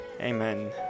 Amen